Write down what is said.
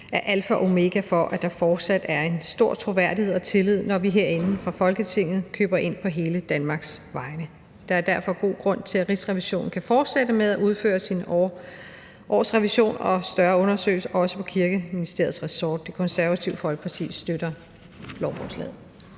er alfa og omega for, at der fortsat er en stor troværdighed og tillid, når vi herinde fra Folketinget køber ind på hele Danmarks vegne. Der er derfor god grund til, at Rigsrevisionen kan fortsætte med at udføre sin årsrevision og større undersøgelser også på Kirkeministeriets ressort. Det Konservative Folkeparti støtter lovforslaget.